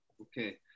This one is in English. Okay